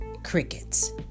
Crickets